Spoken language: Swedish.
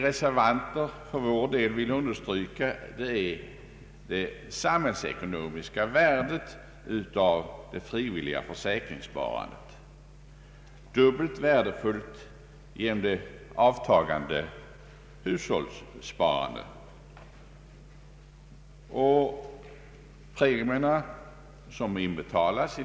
Reservanterna vill för sin del understryka det samhällsekonomiska värdet av det frivilliga försäkringssparandet, dubbelt värdefullt på grund av det avtagande hushållssparandet. Detta bör befrämjas på samma sätt som hittills.